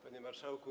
Panie Marszałku!